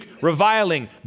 reviling